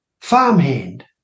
farmhand